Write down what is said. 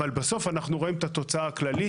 אבל בסוף אנחנו רואים את התוצאה הכללית,